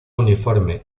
uniforme